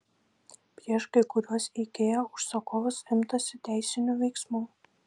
prieš kai kuriuos ikea užsakovus imtasi teisinių veiksmų